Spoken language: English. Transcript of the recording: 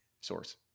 source